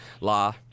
La